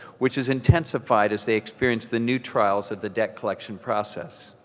which is intensified as they experience the new trials of the debt collection process.